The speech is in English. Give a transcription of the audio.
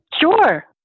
Sure